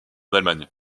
allemagne